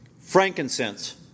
frankincense